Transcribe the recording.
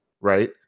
right